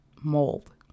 mold